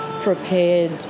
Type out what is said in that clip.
prepared